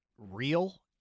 real